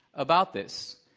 about this.